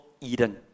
Eden